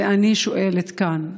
ואני שואלת כאן: